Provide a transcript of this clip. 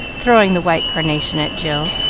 throwing the white carnation at jill,